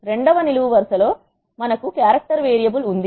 2 వ నిలువ వరుసలో మనకు క్యారెక్టర్ వేరియబుల్ ఉంది